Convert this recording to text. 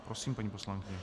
Prosím, paní poslankyně.